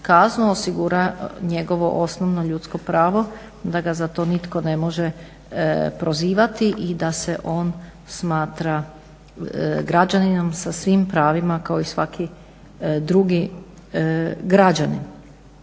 kaznu osigura njegovo osnovno ljudsko pravo da ga za to nitko ne može prozivati i da se on smatra građaninom sa svim pravima kao i svaki drugi građanin.